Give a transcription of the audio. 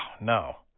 no